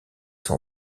son